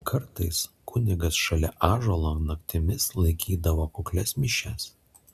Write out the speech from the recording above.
kartais kunigas šalia ąžuolo naktimis laikydavo kuklias mišias